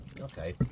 Okay